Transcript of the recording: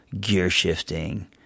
gear-shifting